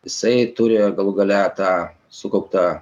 jisai turi galų gale tą sukauptą